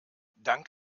dank